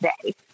today